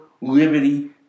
liberty